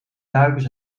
duikers